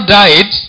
died